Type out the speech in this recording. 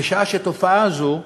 בשעה שתופעה זו,